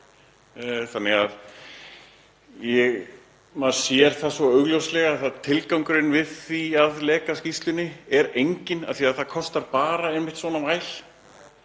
eð er. Maður sér svo augljóslega að tilgangurinn með að leka skýrslunni er enginn af því að það kostar bara einmitt svona væl.